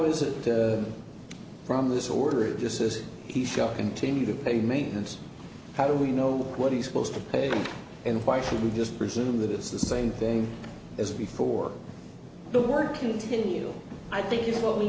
is it from this order it just says he shall continue to pay maintenance how do we know what he's supposed to pay and why should we just presume that it's the same thing as before the work continue i think it w